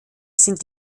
sind